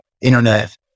internet